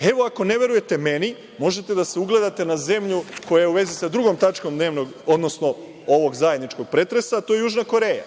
Evo, ako ne verujete meni možete da se ugledate na zemlju koja je u vezi sa drugom tačkom dnevnog reda, odnosno ovog zajedničkog pretresa, to je Južna Koreja.